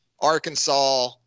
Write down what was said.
Arkansas